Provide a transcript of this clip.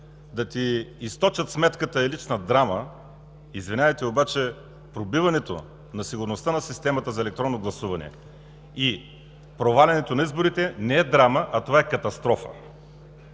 да ти източат сметката, е лична драма, извинявайте обаче, пробиването на сигурността на системата за електронно гласуване и провалянето на изборите не е драма, а е катастрофа.